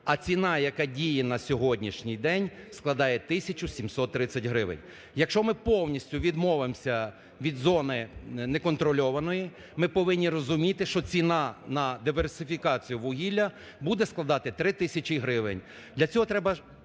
А ціна, яка діє на сьогоднішній день, складає 1 тисячу 730 гривень. Якщо ми повністю відмовимося від зони не контрольованої, ми повинні розуміти, що ціна на диверсифікацію вугілля буде складати 3 тисячі гривень.